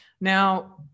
Now